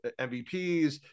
MVPs